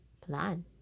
plan